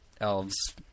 elves